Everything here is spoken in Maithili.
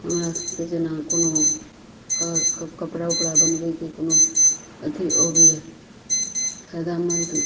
हमरा सबके जेना कोनो कपड़ा उपड़ा बनबैके कोनो अथी अबैया फायदामंद